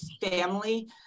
family